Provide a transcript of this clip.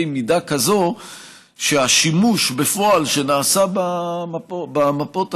מידה כזאת שהשימוש בפועל שנעשה במפות האלה,